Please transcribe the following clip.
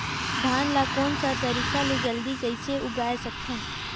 धान ला कोन सा तरीका ले जल्दी कइसे उगाय सकथन?